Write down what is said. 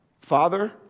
Father